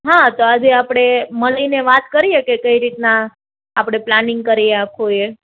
હા તો આજે આપડે મલીને વાત કરીએ કે કઈ રીતના આપડે પ્લાનિંગ કરીએ આખુ એ